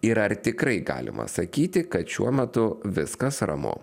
ir ar tikrai galima sakyti kad šiuo metu viskas ramu